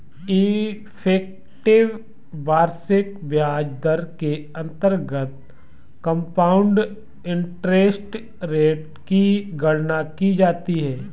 effective वार्षिक ब्याज दर के अंतर्गत कंपाउंड इंटरेस्ट रेट की गणना की जाती है